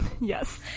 Yes